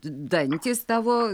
dantys tavo